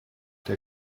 der